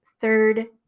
third